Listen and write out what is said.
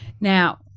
now